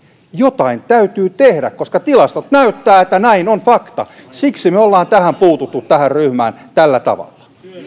jotain täytyy tehdä koska tilastot näyttävät että näin on fakta siksi me olemme tähän ryhmään puuttuneet tällä tavalla